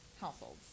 households